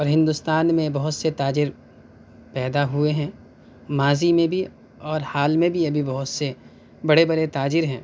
اور ہندوستان میں بہت سے تاجر پیدا ہوئے ہیں ماضی میں بھی اور حال میں بھی ابھی بہت سے بڑے بڑے تاجر ہیں